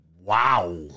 Wow